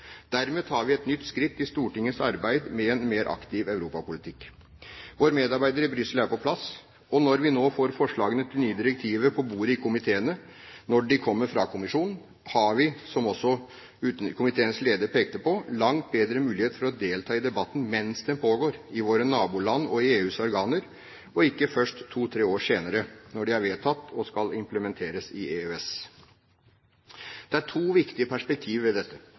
Dermed tar vi et nytt skritt i Stortingets arbeid med en mer aktiv europapolitikk. Vår medarbeider i Brussel er på plass. Og når vi nå får forslagene til nye direktiver på bordet i komiteene, når de kommer fra kommisjonen, har vi – som også komiteens leder pekte på – langt bedre mulighet for å delta i debatten mens den pågår i våre naboland og i EUs organer, og ikke først to–tre år senere, når de er vedtatt og skal implementeres i EØS. Det er to viktige perspektiver ved dette.